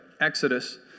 Exodus